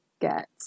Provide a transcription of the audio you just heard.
get